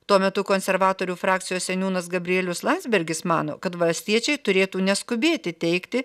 tuo metu konservatorių frakcijos seniūnas gabrielius landsbergis mano kad valstiečiai turėtų neskubėti teikti